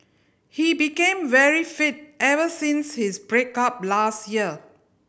he became very fit ever since his break up last year